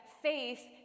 faith